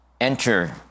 enter